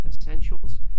essentials